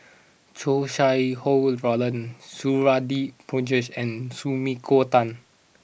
Chow Sau Hai Roland Suradi Parjo and Sumiko Tan